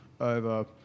over